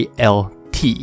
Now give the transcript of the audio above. ALT